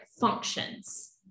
functions